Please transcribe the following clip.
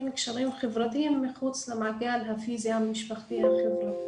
קשרים חברתיים מחוץ למעגל הפיזי המשפחתי והחברתי.